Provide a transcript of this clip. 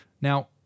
Now